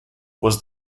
was